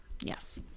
yes